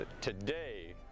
today